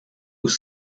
aux